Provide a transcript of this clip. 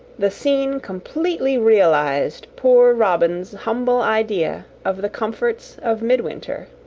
the scene completely realised poor robin's humble idea of the comforts of midwinter.